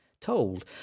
told